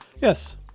Yes